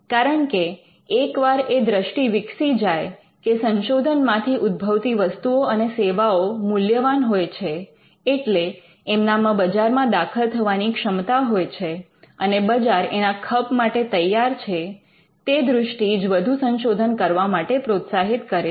કારણકે એકવાર એ દ્રષ્ટિ વિકસી જાય કે સંશોધનમાંથી ઉદ્ભવતી વસ્તુઓ અને સેવાઓ મૂલ્યવાન હોય છે એટલે એમનામાં બજારમાં દાખલ થવાની ક્ષમતા હોય છે અને બજાર એના ખપ માટે તૈયાર છે તે દૃષ્ટિ જ વધુ સંશોધન કરવા માટે પ્રોત્સાહિત કરે છે